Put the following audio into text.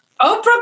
Oprah